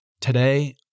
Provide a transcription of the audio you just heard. today